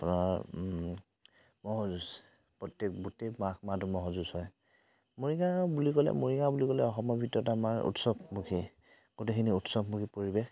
আপোনাৰ ম'হ যুঁজ প্ৰত্যেক গোটেই মাঘ মাহটো ম'হৰ যুজ হয় মৰিগাঁও বুলি ক'লে মৰিগাঁও বুলি ক'লে অসমৰ ভিতৰত আমাৰ উৎসৱমুখী গোটেইখিনি উৎসৱমুখী পৰিৱেশ